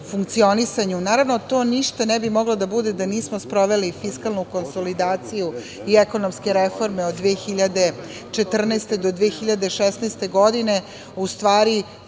funkcionisanju. Naravno, to ništa ne bi moglo da bude da nismo sproveli fiskalnu konsolidaciju i ekonomske reforme od 2014. do 2016. godine, u stvari,